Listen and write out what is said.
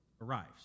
arrives